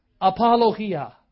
Apologia